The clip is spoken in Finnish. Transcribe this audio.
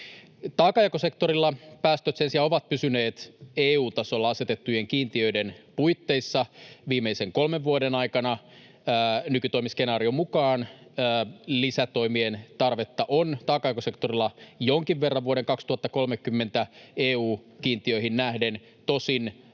Taakanjakosektorilla päästöt sen sijaan ovat pysyneet EU-tasolla asetettujen kiintiöiden puitteissa viimeisen kolmen vuoden aikana. Nykytoimiskenaarion mukaan lisätoimien tarvetta on taakanjakosektorilla jonkin verran vuoden 2030 EU:n kiintiöihin nähden, tosin